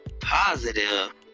positive